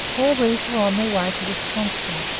all these were on their way to wisconsin,